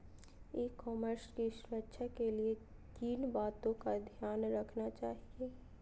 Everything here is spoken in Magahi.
ई कॉमर्स की सुरक्षा के लिए किन बातों का ध्यान रखना चाहिए?